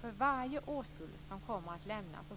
För varje årskull